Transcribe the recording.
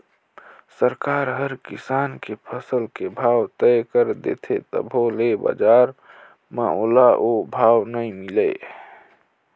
सरकार हर किसान के फसल के भाव तय कर देथे तभो ले बजार म ओला ओ भाव नइ मिले